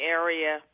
area